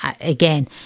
Again